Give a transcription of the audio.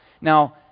Now